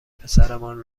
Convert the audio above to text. پسرمان